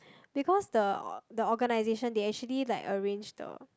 because the the organization they actually like arrange the